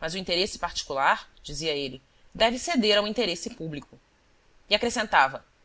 mas o interesse particular dizia ele deve ceder ao interesse público e acrescentava